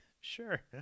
sure